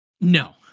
No